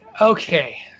Okay